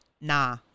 nah